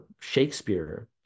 Shakespeare